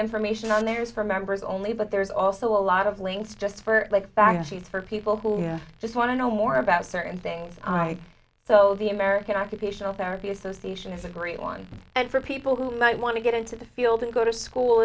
information on there is for members only but there's also a lot of links just for like fact sheets for people who just want to know more about certain things i so the american occupational therapy association is agree on and for people who might want to get into the field and go to school